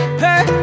hey